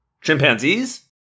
chimpanzees